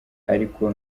ariko